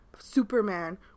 Superman